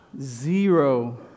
zero